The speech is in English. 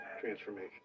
transformation